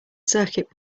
circuit